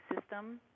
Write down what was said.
system